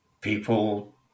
people